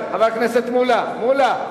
חבר הכנסת מולה,